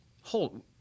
Hold